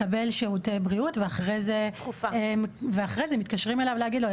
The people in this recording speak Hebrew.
מקבל שירותי בריאות ואחרי זה מתקשרים אליו להגיד לו,